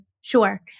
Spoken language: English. Sure